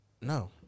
No